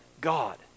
God